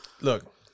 Look